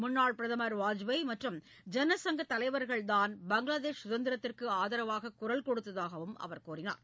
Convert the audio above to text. முன்னாள் பிரதமர் வாஜ்பேயி மற்றும் ஜனசங்கத் தலைவர்கள்தான் பங்களாதேஷ் சுதந்திரத்திற்கு ஆதரவாக குரல் கொடுத்ததாகவும் அவர் கூறினார்